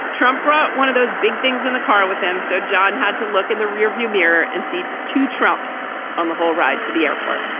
trump brought one of those big things in the car with him. so john had to look in the rearview mirror and see to trump's on the whole ride to the airport